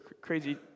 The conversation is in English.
crazy